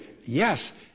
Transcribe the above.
yes